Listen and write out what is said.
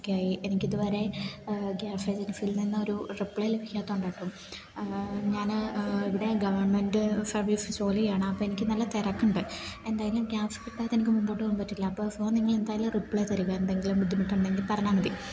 ഒക്കെയായി എനിക്കിതുവരെ ഗ്യാസ് ഏജൻസിയിൽ നിന്ന് ഒരു റിപ്ലൈ ലഭിക്കാത്തത് കൊണ്ടാണ് കേട്ടോ ഞാന് ഇവിടെ ഗവൺമെൻറ്റ് സർവീസ് ജോലിയാണ് അപ്പം എനിക്ക് നല്ല തിരക്കുണ്ട് എന്തായാലും ഗ്യാസ് കിട്ടാതെ എനിക്ക് മുമ്പോട്ട് പോകാൻ പറ്റില്ല അപ്പോൾ സോ നിങ്ങള് എന്തായാലും റിപ്ലൈ തരുക എന്തെങ്കിലും ബുദ്ധിമുട്ടുണ്ടെങ്കിൽ പറഞ്ഞാൽ മതി